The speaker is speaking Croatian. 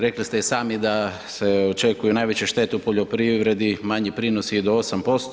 Rekli ste i sami da se očekuju najveće štete u poljoprivredi, manji prinosi i do 8%